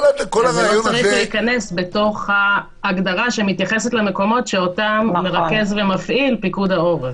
שייכנס בתוך ההגדרה שמתייחסת למקומות שאותם מרכז ומפעיל פיקוד העורף.